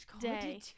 day